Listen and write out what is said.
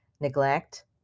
neglect